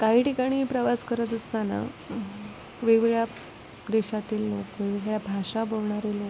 काही ठिकाणी प्रवास करत असताना वेगवेगळ्या देशातील लोक वेगवेगळ्या भाषा बोलणारे लोक